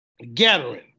Gathering